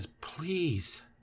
please